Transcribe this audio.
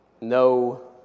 No